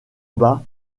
bas